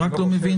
אני רק לא מבין.